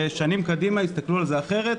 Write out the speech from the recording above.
ששנים קדימה יסתכלו על זה אחרת.